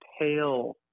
pale